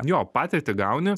jo patirtį gauni